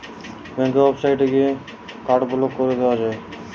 ব্যাংকের ওয়েবসাইটে গিয়ে কার্ড ব্লক কোরে দিয়া যায়